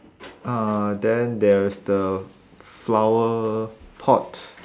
uh then there's the flower pot